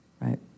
right